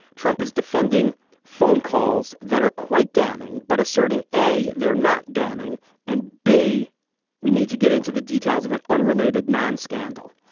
trump is defending phone calls that are quite damning but asserting a they're not damning and b we need to get into the details of an unrelated non scandal.